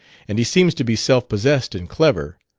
and he seems to be self-possessed and clever.